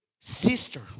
Sister